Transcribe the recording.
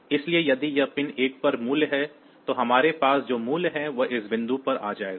इसलिए यदि यह पिन 1 पर मूल्य है तो हमारे पास जो मूल्य है वह इस बिंदु पर आ जाएगा